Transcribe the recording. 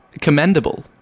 commendable